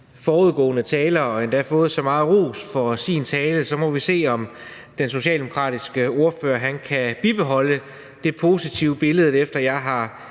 forudgående taler og endda fået så meget ros for sin tale. Så må vi se, om den socialdemokratiske ordfører kan bibeholde det positive billede, efter han har